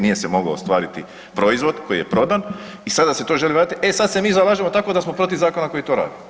Nije se moglo ostvariti proizvod koji je prodan, i sada se to želi vratiti, e sad se mi zalažemo tako da smo protiv Zakona koji to radi.